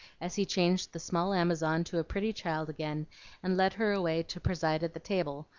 as he changed the small amazon to a pretty child again and led her away to preside at the table,